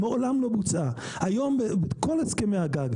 היום כל הסכמי הגג,